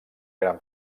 gran